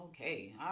Okay